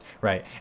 right